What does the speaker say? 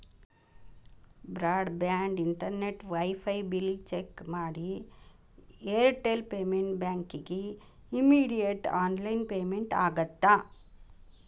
broad band internet wifi bill check ಮಾಡಿ Airtel payment ಬ್ಯಾಂಕಿಗಿ immediate online payment ಆಗತ್ತಾ